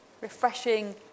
refreshing